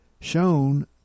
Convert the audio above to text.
shown